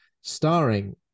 starring